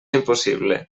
impossible